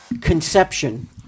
conception